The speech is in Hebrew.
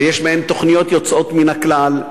ויש בה תוכניות יוצאות מן הכלל,